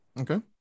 Okay